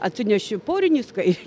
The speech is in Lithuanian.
atsineši porinį skai